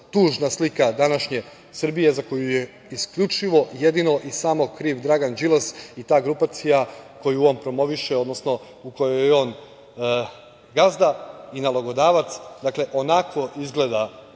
tužna slika današnje Srbije, za koju je isključivo i jedino samo kriv Dragan Đilas i ta grupacija koju on promoviše, odnosno u kojoj je on gazda i nalogodavac. Dakle, onako izgleda